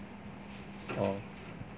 oh